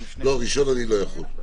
בראשון אני לא יכול.